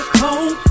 cold